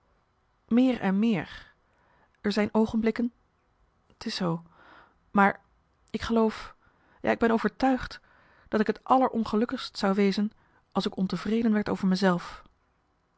meer en meer er zijn oogenblikken t is zoo maar ik geloof ja ik ben overtuigd dat ik t allerongelukkigst zou wezen als ik ontevreden werd over